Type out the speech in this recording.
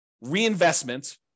reinvestment